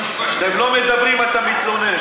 כשאתם לא מדברים אתה מתלונן,